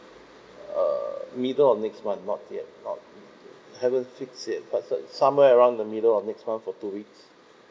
uh we do on next month not yet not yet haven't fix yet but s~ some~ somewhere around the middle of next month for two weeks